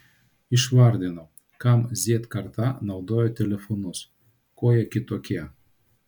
išvardino kam z karta naudoja telefonus kuo jie kitokie